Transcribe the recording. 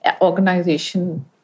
organization